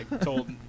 told